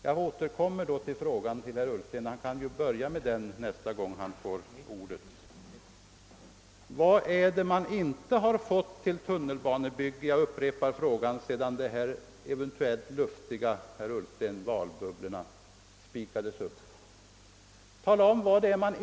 Jag upprepar min fråga och herr Ullsten kan ju svara på den nästa gång han får ordet: Vilka medel har man inte fått för tunnelbanebyggandet?